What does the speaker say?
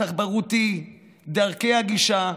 התחבורתי, דרכי הגישה,